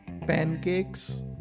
Pancakes